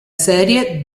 serie